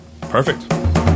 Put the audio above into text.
perfect